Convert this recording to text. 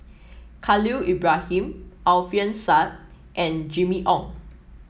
Khalil Ibrahim Alfian Sa'at and Jimmy Ong